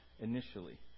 Initially